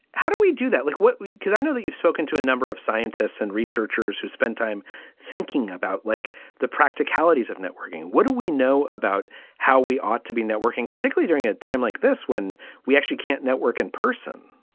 how do we do that? like because i know that you've spoken to a number of scientists and researchers who spend time thinking about, like the practicalities of networking. what do we know about how we ought to be networking, particularly during a time like this, when we actually can't network in person?